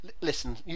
listen